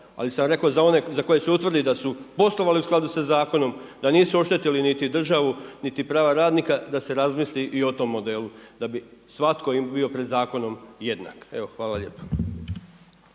Ali sam rekao za one za koje se utvrdi da su poslovali u skladu sa zakonom, da nisu oštetili niti državu niti prava radnika, da se razmisli i o tom modelu da bi svako pred zakonom bio jednak. Hvala lijepa.